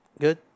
Good